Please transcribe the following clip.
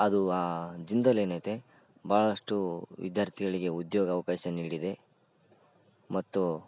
ಅದು ಆ ಜಿಂದಾಲ್ ಏನಿದೆ ಭಾಳಷ್ಟು ವಿದ್ಯಾರ್ಥಿಗಳಿಗೆ ಉದ್ಯೋಗಾವಕಾಶ ನೀಡಿದೆ ಮತ್ತು